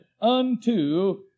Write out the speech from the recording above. unto